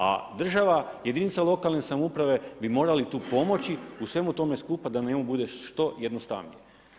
A država, jedinica lokalne samouprave bi morali tu pomoći u svemu tome skupa da njemu bude što jednostavnije.